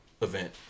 event